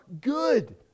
good